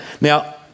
now